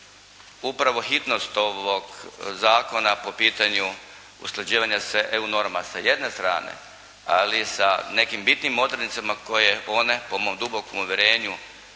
upravo hitnost ovog zakona po pitanju usklađivanja sa EU normama sa jedne strane, ali sa nekim bitnim odrednicama koje one po mom dubokom uvjerenju